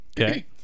Okay